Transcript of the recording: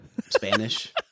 Spanish